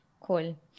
Cool